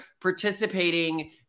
participating